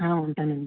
ఉంటానండి